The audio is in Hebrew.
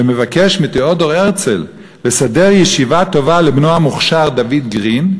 שמבקש מתיאודור הרצל לסדר ישיבה טובה לבנו המוכשר דוד גרין,